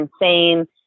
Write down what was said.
insane